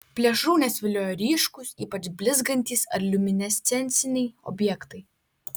plėšrūnes vilioja ryškūs ypač blizgantys ar liuminescenciniai objektai